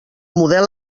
model